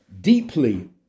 deeply